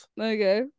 Okay